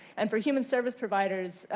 and for human service providers,